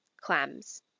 Clams